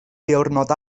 diwrnod